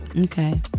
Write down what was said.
Okay